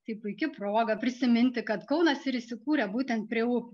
tai puiki proga prisiminti kad kaunas ir įsikūrė būtent prie upių